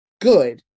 good